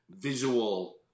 visual